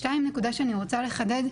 שניים, נקודה שאני רוצה לחדד.